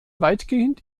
weitgehend